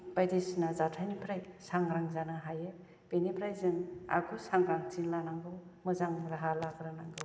बायदिसिना जाथायनिफ्राय सांग्रां जानो हायो बिनिफ्राय जों आगु सांग्रांथि लानांगौ मोजां राहा लाग्रोनांगौ